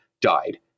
died